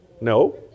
No